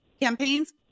campaigns